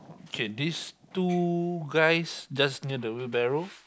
okay these two guys just near the wheelbarrow